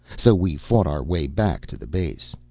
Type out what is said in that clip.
so we fought our way back to the base.